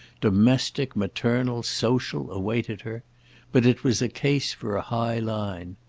domestic, maternal, social, awaited her but it was a case for a high line.